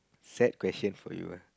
sad question for you ah